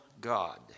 God